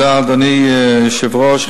אדוני היושב-ראש,